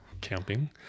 camping